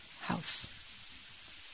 house